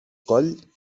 coll